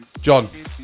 John